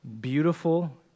beautiful